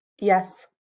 Yes